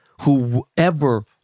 whoever